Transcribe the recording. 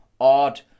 odd